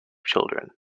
children